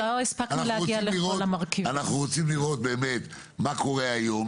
אנחנו רוצים לראות באמת מה קורה היום,